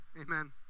Amen